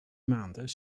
maanden